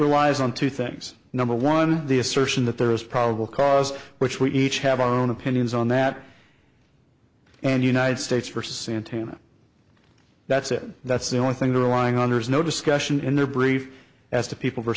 relies on two things number one the assertion that there is probable cause which we each have our own opinions on that and united states for santana that's it that's the only thing to relying on there is no discussion in the brief as to people